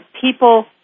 people